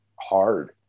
Hard